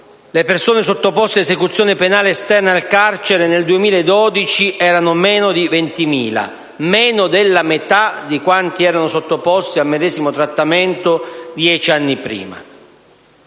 Le persone sottoposte a esecuzione penale esterna al carcere nel 2012 erano meno di 20.000: meno della metà di quanti erano sottoposti al medesimo trattamento dieci anni prima.